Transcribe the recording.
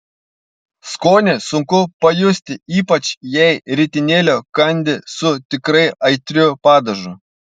skonį sunku pajusti ypač jei ritinėlio kandi su tikrai aitriu padažu